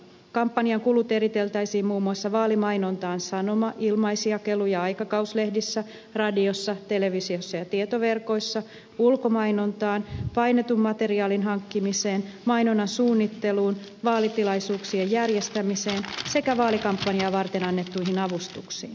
kampanjan kulut eriteltäisiin muun muassa vaalimainontaan sanoma ilmaisjakelu ja aikakauslehdissä radiossa televisiossa ja tietoverkoissa ulkomainontaan painetun materiaalin hankkimiseen mainonnan suunnitteluun vaalitilaisuuksien järjestämiseen sekä vaalikampanjaa varten annettuihin avustuksiin